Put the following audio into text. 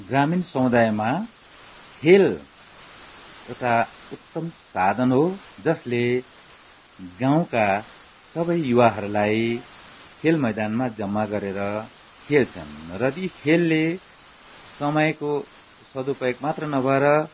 ग्रामीण समुदायमा खेल एउटा उत्तम साधन हो जसले गाउँका सबै युवाहरूलाई खेल मैदानमा जम्मा गरेर खेल्छन् र ती खेलले समयको सदुपयोग मात्र नभएर